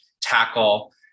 tackle